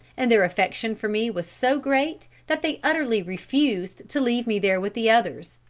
and their affection for me was so great, that they utterly refused to leave me there with the others,